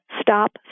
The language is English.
stop